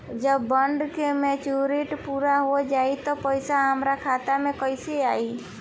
जब बॉन्ड के मेचूरिटि पूरा हो जायी त पईसा हमरा खाता मे कैसे आई?